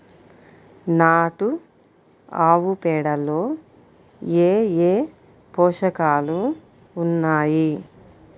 నాటు ఆవుపేడలో ఏ ఏ పోషకాలు ఉన్నాయి?